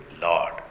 Lord